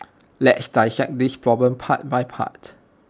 let's dissect this problem part by part